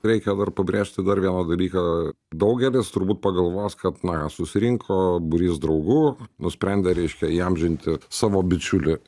reikia dar pabrėžti dar vieną dalyką daugelis turbūt pagalvos kad na susirinko būrys draugų nusprendė reiškia įamžinti savo bičiulį